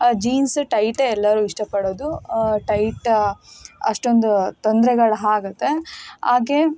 jeans ಟೈಟೇ ಎಲ್ಲರು ಇಷ್ಟಪಡೋದು ಟೈಟ್ ಅಷ್ಟೊಂದು ತೊಂದ್ರೆಗಳು ಆಗುತ್ತೆ ಹಾಗೆ